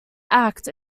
act